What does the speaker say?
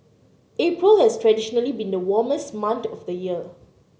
April has traditionally been the warmest month of the year